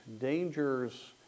dangers